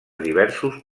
diversos